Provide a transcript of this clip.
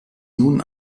nun